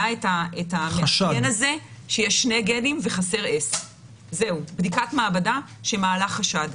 החשד שיש שני גנים וחסר S. בדיקת מעבדה שמעלה חשד.